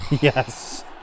Yes